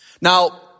Now